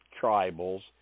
tribals